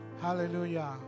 Hallelujah